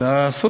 איפה?